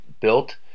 built